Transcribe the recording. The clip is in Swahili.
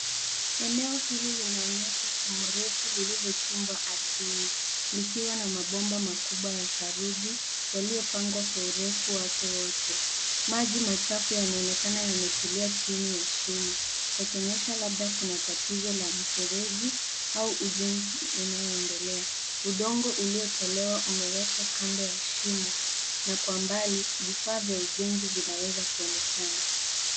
Eneo hili linaonyesha shimo refu lililochimbwa ardhini, likiwa na mabomba makubwa ya saruji yaliyopangwa kwa urefu wake wote. Maji machafu yanaonekana yametulia chini ya shimo yakionyesha labda kuna tatizo la mifereji au ujenzi unaoendelea. Udongo uliotolewa umewekwa kando ya shimo, na kwa mbali vifaa vya ujenzi vinaweza kuonekana.